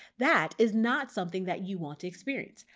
that is not something that you want to experience.